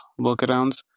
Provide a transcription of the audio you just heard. Workarounds